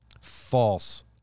false